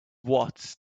watt